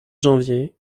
janvier